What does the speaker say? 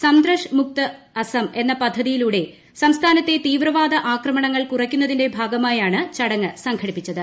സംന്ത്രഷ് മുക്ത് അസ്ം എന്ന പദ്ധതിയിലൂടെ സംസ്ഥാനത്തെ തീവ്രവാദ ആക്രമണങ്ങൾ കുറയ്ക്കുന്നതിന്റെ ഭാഗമായാണ് ചടങ്ങ് സംഘടിപ്പിച്ചത്